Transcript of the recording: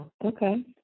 Okay